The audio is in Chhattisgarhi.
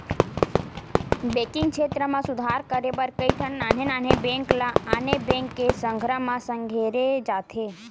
बेंकिंग छेत्र म सुधार करे बर कइठन नान्हे नान्हे बेंक ल आने बेंक के संघरा म संघेरे जाथे